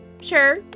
sure